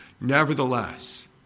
Nevertheless